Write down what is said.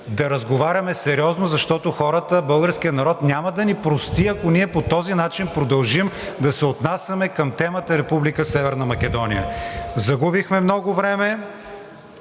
да разговаряме сериозно, защото хората, българският народ няма да ни прости, ако ние по този начин продължим да се отнасяме към темата Република Северна Македония. Загубихме много време,